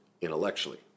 intellectually